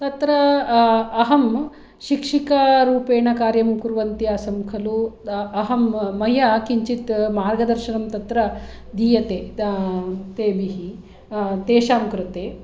तत्र अहं शिक्षिकारूपेण कार्यं कुर्वती आसम् खलु अहं मया किञ्चित् मार्गदर्शनं तत्र दीयते तेभ्यः तेषां कृते